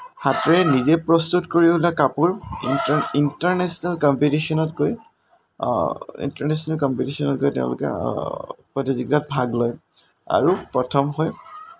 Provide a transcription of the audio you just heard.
হাতেৰে নিজে প্ৰস্তুত কৰি উলিওৱা কাপোৰ ইণ্টাৰনেশ্ব্যনেল কম্পিটিশ্ব্যনত গৈ ইণ্টাৰনেশ্ব্যনেল কম্পিটিশ্ব্যনত গৈ তেওঁলোকে প্ৰতিযোগিতাত ভাগ লয় আৰু প্ৰথম হৈ